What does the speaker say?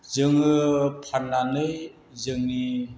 जोङो फाननानै जोंनि